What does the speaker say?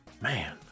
Man